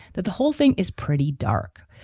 that the whole thing is pretty dark.